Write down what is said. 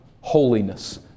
holiness